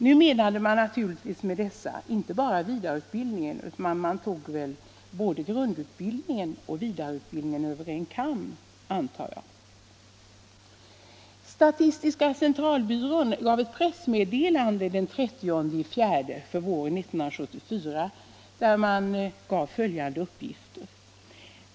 De gällde naturligtvis inte bara vidareutbildning, utan man tog väl både grundutbildningen och vidareutbildningen, antar jag. Statistiska centralbyrån gav i ett pressmeddelande den 30 april följande uppgifter för våren 1974.